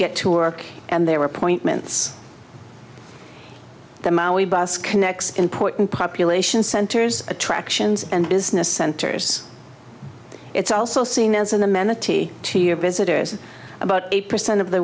get to work and they were point mintz the maui bus connects important population centers attractions and business centers it's also seen as an amenity to your visitors about eight percent of the